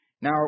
Now